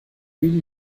üben